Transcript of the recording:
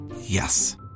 Yes